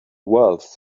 wealth